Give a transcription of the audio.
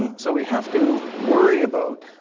and so we have to worry about